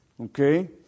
Okay